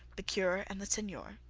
the cure and the seigneur,